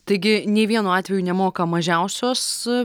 taigi nei vienu atveju nemokam mažiausios